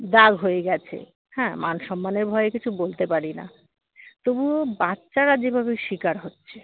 দাগ হয়ে গেছে হ্যাঁ মান সম্মানের ভয়ে কিছু বলতে পারি না তবুও বাচ্চারা যেভাবে শিকার হচ্ছে